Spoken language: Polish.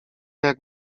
jak